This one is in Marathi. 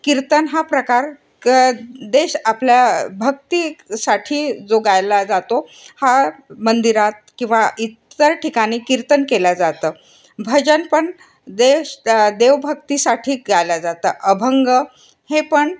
कीर्तन हा प्रकार क देश आपल्या भक्तीसाठी जो गायला जातो हा मंदिरात किंवा इतर ठिकाणी कीर्तन केल्या जातं भजन पण देश देशभक्तीसाठी गायला जातं अभंग हे पण